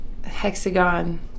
Hexagon